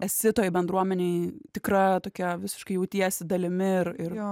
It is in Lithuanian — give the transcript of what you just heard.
esi toj bendruomenėj tikra tokia visiškai jautiesi dalimi ir ir jo